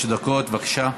בבקשה.